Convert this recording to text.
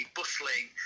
bustling